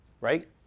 right